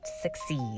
succeed